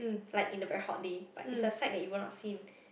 like in a very hot day like it's a fact that you will not seen